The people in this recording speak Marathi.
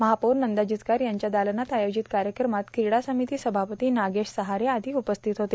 महापौर नंदा जिचकार यांच्या दालनात आयोजित कार्यक्रमात क्रीडा समिती सभापती नागेश सहारे आदी उपस्थित होते